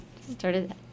started